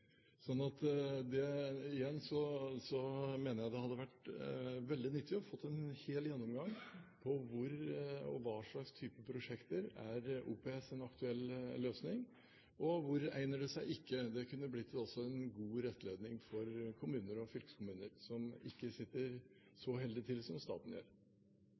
det er bare staten som er rik. Igjen mener jeg det hadde vært veldig nyttig å få en hel gjennomgang av hvor og for hva slags type prosjekter OPS er en aktuell løsning, og hvor det ikke egner seg. Det kunne også blitt en god rettledning for kommuner og fylkeskommuner som ikke sitter så heldig i det som staten.